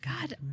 God